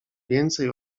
więcej